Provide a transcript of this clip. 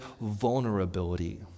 vulnerability